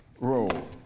roll